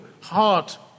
heart